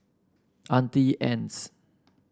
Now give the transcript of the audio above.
Auntie Anne's